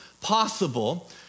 possible